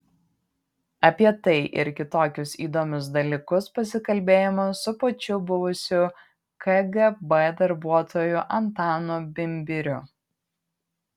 apie tai ir kitokius įdomius dalykus pasikalbėjome su pačiu buvusiu kgb darbuotoju antanu bimbiriu